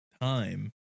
time